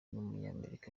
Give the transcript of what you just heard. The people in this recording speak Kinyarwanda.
w’umunyamerika